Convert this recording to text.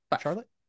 charlotte